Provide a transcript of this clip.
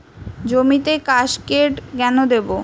জমিতে কাসকেড কেন দেবো?